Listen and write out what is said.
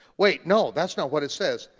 wait, no, that's not what it says.